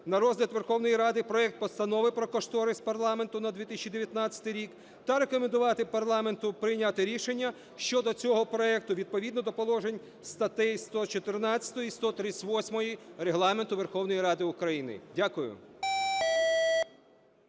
на розгляд Верховної Ради проект Постанови про кошторис парламенту на 2019 рік, та рекомендувати парламенту прийняти рішення щодо цього проекту відповідно до положень статей 114 і 138 Регламенту Верховної Ради України. Дякую.